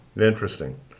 interesting